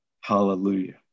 Hallelujah